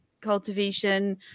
cultivation